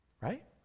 right